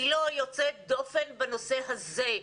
אבל היא לא יוצאת דופן בנושא הזה.